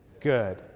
good